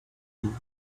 him